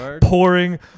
pouring